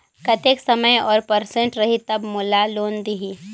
कतेक समय और परसेंट रही तब मोला लोन देही?